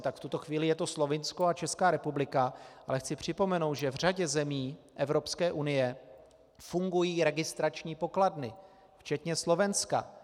Tak v tuto chvíli je to Slovinsko a Česká republika, ale chci připomenout, že v řadě zemí Evropské unie fungují registrační pokladny, včetně Slovenska.